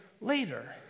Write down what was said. later